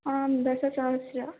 आं दश सहस्रम्